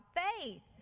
faith